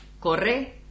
Corre